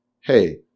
hey